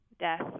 death